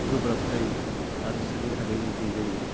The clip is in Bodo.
गोब्राब जायो आरो सोरनिबा थाखाय इजि जायो